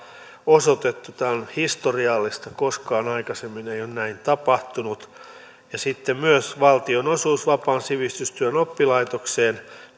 osoitettu tämä on historiallista koskaan aikaisemmin ei ole näin tapahtunut sitten on myös valtionosuus vapaan sivistystyön oppilaitokseen